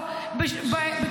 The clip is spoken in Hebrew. ממש לא.